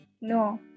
No